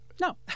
No